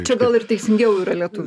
čia gal ir teisingiau yra lietuvių